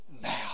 now